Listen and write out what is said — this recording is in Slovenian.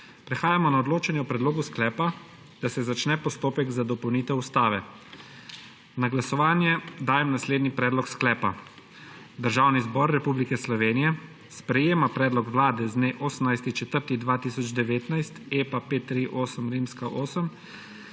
Prehajamo na odločanje o predlogu sklepa, da se začne postopek za dopolnitev Ustave. Na glasovanje dajem naslednji predlog sklepa: Državni zbor Republike Slovenije sprejema predlog Vlade z dne 18. 4. 2019, EPA 538-VIII,